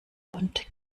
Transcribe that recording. und